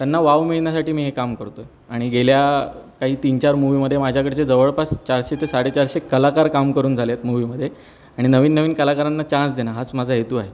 त्यांना वाव मिळण्यासाठी मी हे काम करतो आहे आणि गेल्या काही तीन चार मुवीमध्ये माझ्याकडचे जवळपास चारशे ते साडे चारशे कलाकार काम करून झाले आहेत मुव्हीमध्ये आणि नवीन नवीन कलाकारांना चान्स देणं हाच माझा हेतू आहे